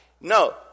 No